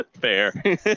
Fair